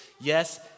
yes